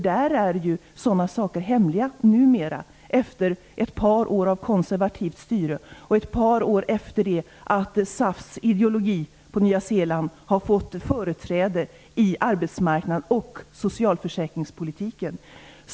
Där är ju sådana saker hemliga numera efter ett par år av konservativt styre och ett par år efter det att SAF:s ideologi på Nya Zeeland har fått företräde i arbetsmarknads och socialförsäkringspolitiken.